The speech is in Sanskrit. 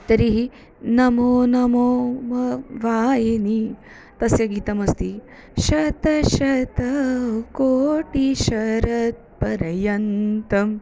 तर्हि नमो नमो मा वायिनी तस्य गीतमस्ति शतं शतं कोटिशरत् पर्यन्तम्